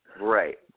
Right